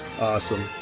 Awesome